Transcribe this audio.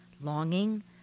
longing